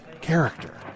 character